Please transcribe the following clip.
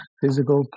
physical